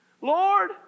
Lord